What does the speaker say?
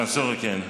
מנסור, כן.